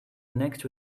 next